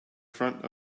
front